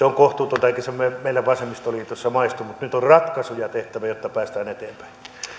on kohtuutonta eikä se ole meille vasemmistoliitossa maistunut nyt on ratkaisuja tehtävä jotta päästään eteenpäin